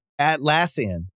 Atlassian